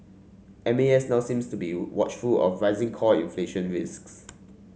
M A S now seems to be watchful of rising core inflation risks